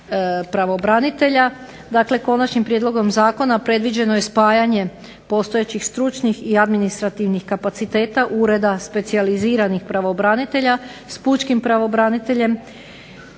konačnim prijedlogom zakona predviđeno je spajanje postojećih stručnih i administrativnih kapaciteta ureda specijaliziranih pravobranitelja s pučkim pravobraniteljem